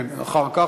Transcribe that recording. כן, אחר כך.